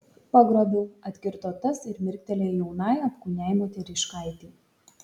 pagrobiau atkirto tas ir mirktelėjo jaunai apkūniai moteriškaitei